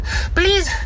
Please